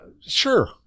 Sure